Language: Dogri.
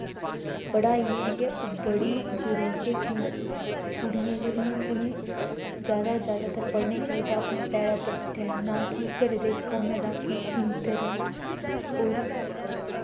पढ़ाई जेह्ड़ी ऐ ओह् बड़ी जरूरी ऐ क्योंकि कुड़ियां जेह्ड़ियां न उ'नें जादा कशा जादा ते पढ़ना चाहिदा अपने पैरें पर स्टैंड ना कि ओह् घरे दे कम्मैं तक ही सीमत रौह्न होर